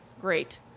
great